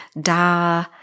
Da